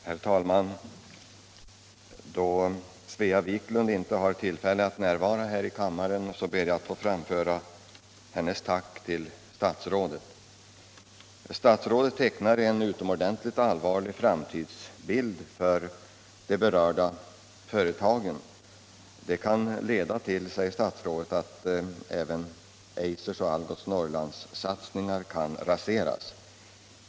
Herr talman! Då Svea Wiklund inte har tillfälle att närvara här i kam — Om åtgärder för att maren ber jag att få framföra hennes tack till statsrådet. säkerställa syssel Industriministern tecknar en utomordentligt allvarlig framtidsbild för — sättningen vid de berörda företagen. Det kan leda till, säger statsrådet, att även Eisers = Algotsfabrikerna i och Algots Norrlandssatsningar kan raseras.